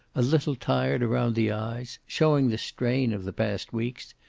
a little tired around the eyes, showing the strain of the past weeks,